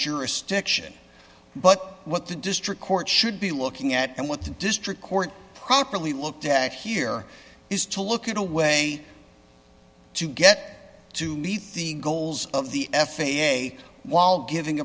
jurisdiction but what the district court should be looking at and what the district court properly looked at here is to look at a way to get to meet the goals of the f a a while giving